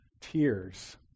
tears